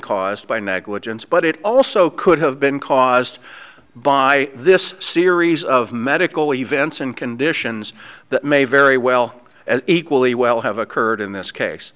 caused by negligence but it also could have been caused by this series of medical events and conditions that may very well as equally well have occurred in this case